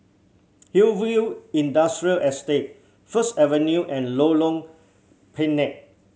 Hillview Industrial Estate First Avenue and Lorong Pendek